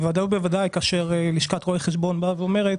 בוודאי ובוודאי כאשר לשכת רואי החשבון באה ואומרת